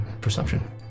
perception